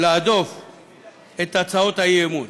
להדוף את הצעות האי-אמון.